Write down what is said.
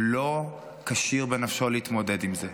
לא כשיר בנפשו להתמודד עם זה.